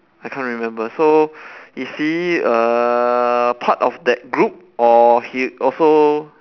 I can't remember so is he uh part of that group or he also !huh!